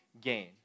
gain